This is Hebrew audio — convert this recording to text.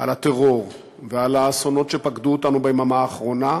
על הטרור ועל האסונות שפקדו אותנו ביממה האחרונה,